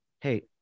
Hey